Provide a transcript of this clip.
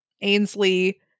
Ainsley